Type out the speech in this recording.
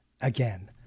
again